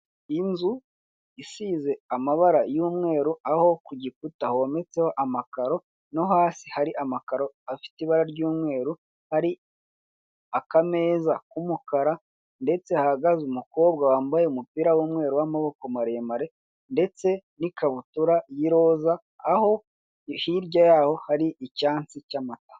Inzu isize amabara y'umweru aho ku gikuta hometseho amakaro no hasi hari amakaro afite ibara ry'umweru hari akameza k'umukara ndetse hahagaze umukobwa wambaye umupira w'umweru w'amaboko maremare ndetse n'ikabutura y'iroza aho hirya yaho hari icyansi cy'amata.